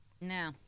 No